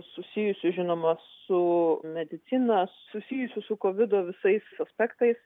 susijusių žinoma su medicina susijusių su kovido visais aspektais